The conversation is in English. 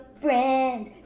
friends